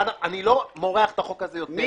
אני לא מורח את החוק הזה יותר.